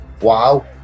Wow